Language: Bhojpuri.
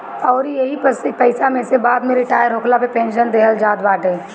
अउरी एही पईसा में से बाद में रिटायर होखला पे पेंशन देहल जात बाटे